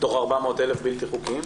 מתוך 400,000 בלתי-חוקיים?